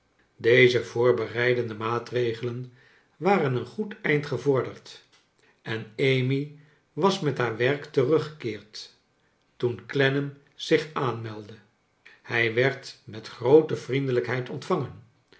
deze voorbereidende maatregelen waren een goed eind gevorderd en amy was met haar werk teruggekeerd toen clennam zich aanmeldde hij werd met groote vriendelijkheid ontvangen